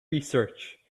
research